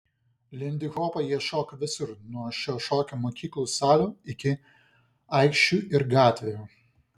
lindihopą jie šoka visur nuo šio šokio mokyklų salių iki aikščių ir gatvių